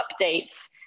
updates